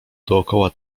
dokoła